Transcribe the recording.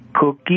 Cookie